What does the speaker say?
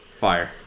Fire